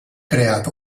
creat